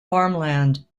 farmland